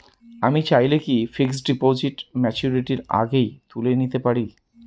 আমি চাইলে কি ফিক্সড ডিপোজিট ম্যাচুরিটির আগেই তুলে নিতে পারি?